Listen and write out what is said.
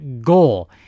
goal